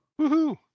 Woohoo